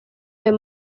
ayo